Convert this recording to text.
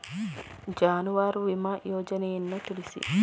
ಜಾನುವಾರು ವಿಮಾ ಯೋಜನೆಯನ್ನು ತಿಳಿಸಿ?